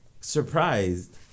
surprised